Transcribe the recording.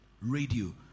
radio